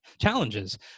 challenges